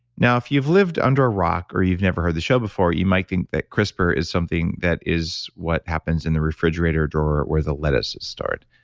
now, if you've lived under a rock or you've never heard the show before, you might think that crispr is something that is what happens in the refrigerator drawer where the lettuce is stored.